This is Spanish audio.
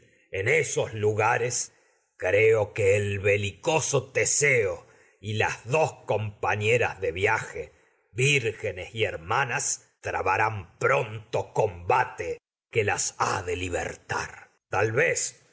en esos lugares creo que el belicoso teseo y las dos compañeras de viaje vírgenes y hermanas ha trabarán pronto combate que las los encuentren de libertar tal vez